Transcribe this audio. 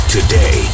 Today